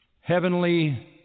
heavenly